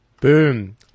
Boom